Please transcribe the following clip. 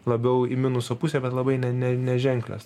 labiau į minuso pusę bet labai ne ne neženklios